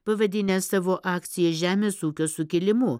pavadinę savo akciją žemės ūkio sukilimu